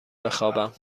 بخوابم